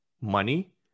money